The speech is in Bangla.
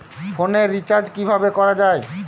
ফোনের রিচার্জ কিভাবে করা যায়?